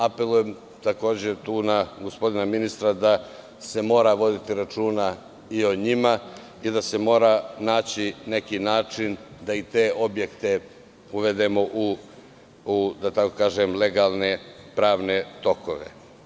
Apelujem tu na gospodina ministra da se mora voditi računa i o njima i da se mora naći neki način da i te objekte uvedemo u legalne pravne tokove.